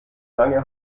lange